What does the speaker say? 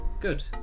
good